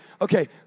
Okay